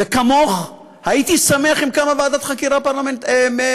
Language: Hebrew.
וכמוך הייתי שמח אם הייתה קמה ועדת חקירה ממלכתית.